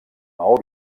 maó